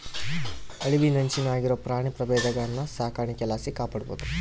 ಅಳಿವಿನಂಚಿನಾಗಿರೋ ಪ್ರಾಣಿ ಪ್ರಭೇದಗುಳ್ನ ಸಾಕಾಣಿಕೆ ಲಾಸಿ ಕಾಪಾಡ್ಬೋದು